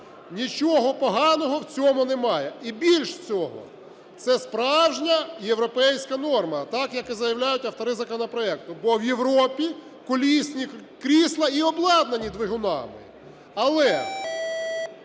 Нічого поганого в цьому немає. І більш цього, це – справжня європейська норма, так, як і заявляють автори законопроекту, бо в Європі колісні крісла і обладнані двигунами.